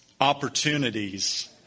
opportunities